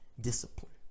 discipline